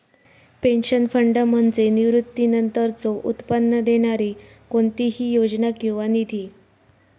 pension fund म्हणजे निवृत्तीनंतरचो उत्पन्न देणारी कोणतीही योजना किंवा निधी